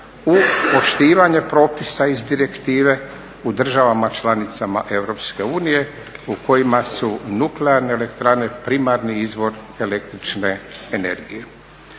u poštivanje propisa iz direktive u državama članicama EU u kojima su nuklearne elektrane primarni izvor električne energije.